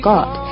God